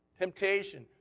Temptation